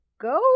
go